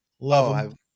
Love